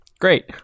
Great